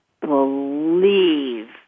believe